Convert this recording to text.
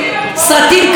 החוק הזה היה גרוע, אם